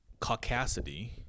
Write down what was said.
caucasity